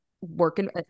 working